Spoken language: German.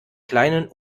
kleinen